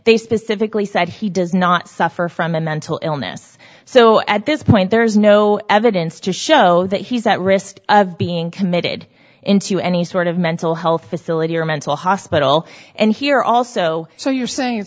they specifically said he does not suffer from a mental illness so at this point there is no evidence to show that he's at risk of being committed into any sort of mental health facility or a mental hospital and here also so you're saying